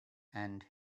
and